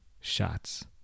shots